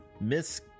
Miss